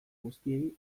guztiei